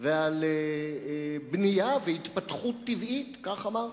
ועל בנייה והתפתחות טבעית, כך אמרת: